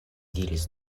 diris